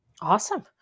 Awesome